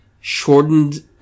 shortened